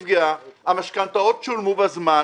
המשכנתאות שולמו בזמן,